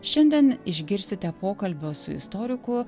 šiandien išgirsite pokalbio su istoriku